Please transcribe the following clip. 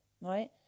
right